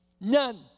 none